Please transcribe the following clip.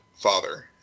father